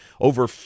over